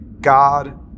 God